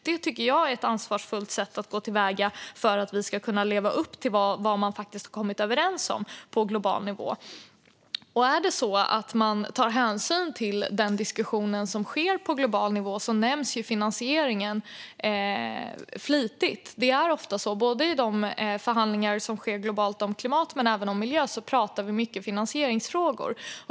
Det tycker jag är ett ansvarsfullt sätt att gå till väga för att kunna leva upp till vad man kommit överens om på global nivå. I den diskussion som förs på global nivå nämns finansieringen flitigt. Det är ju så: I de förhandlingar som sker globalt om både klimat och miljö pratar vi mycket om finansieringsfrågor.